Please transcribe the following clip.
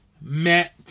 met